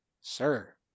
Sir